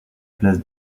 place